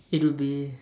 it will be